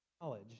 knowledge